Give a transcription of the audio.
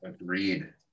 Agreed